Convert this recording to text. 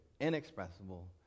inexpressible